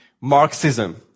Marxism